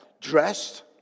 dressed